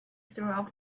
through